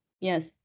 yes